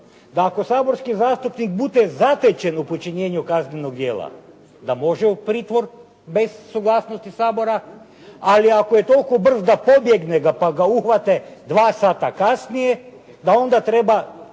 da ako saborski zastupnik bude zatečen u počinjenju kaznenog djela da može u pritvor bez suglasnosti Sabora, ali ako je toliko brz da pobjegne pa ga uhvate dva sata kasnije, da onda treba